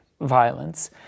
violence